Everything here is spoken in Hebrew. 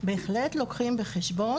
בהחלט לוקחים בחשבון,